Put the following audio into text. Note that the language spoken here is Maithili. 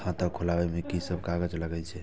खाता खोलाअब में की सब कागज लगे छै?